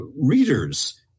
readers